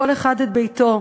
כל אחד את ביתו.